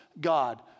God